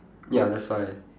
ya that's why